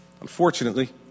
Unfortunately